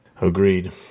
Agreed